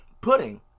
pudding